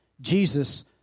Jesus